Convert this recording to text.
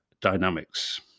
Dynamics